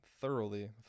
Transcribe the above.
thoroughly